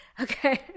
okay